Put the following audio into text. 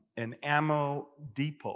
an ammo depot